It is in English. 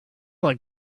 like